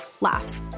Laughs